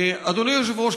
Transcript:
אדוני היושב-ראש,